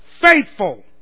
faithful